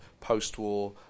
post-war